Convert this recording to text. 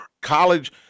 college